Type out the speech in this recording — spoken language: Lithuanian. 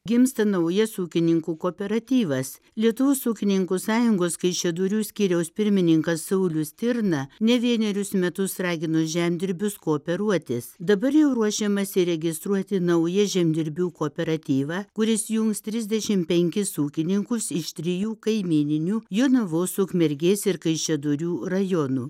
gimsta naujas ūkininkų kooperatyvas lietuvos ūkininkų sąjungos kaišiadorių skyriaus pirmininkas saulius stirna ne vienerius metus ragino žemdirbius kooperuotis dabar jau ruošiamasi įregistruoti naują žemdirbių kooperatyvą kuris jungs trisdešim penkis ūkininkus iš trijų kaimyninių jonavos ukmergės ir kaišiadorių rajonų